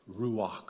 Ruach